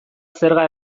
zerga